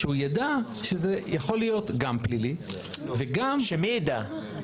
שהוא יידע שזה יכול להיות גם פלילי וגם --- שמי יידע?